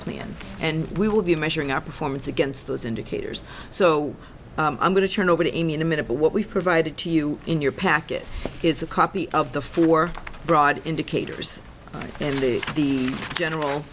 and and we will be measuring our performance against those indicators so i'm going to turn over to him in a minute but what we've provided to you in your packet is a copy of the four broad indicators in the the general